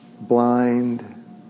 blind